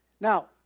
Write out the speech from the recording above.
Now